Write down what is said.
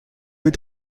with